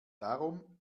darum